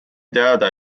teada